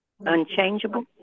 Unchangeable